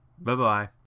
Bye-bye